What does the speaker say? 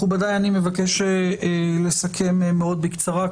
מכובדיי, אני מבקש לסכם מאוד בקצרה.